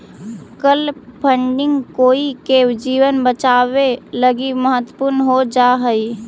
कल फंडिंग कोई के जीवन बचावे लगी महत्वपूर्ण हो जा हई